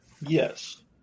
Yes